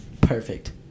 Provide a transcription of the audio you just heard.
Perfect